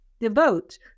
devote